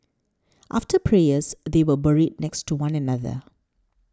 after prayers they were buried next to one another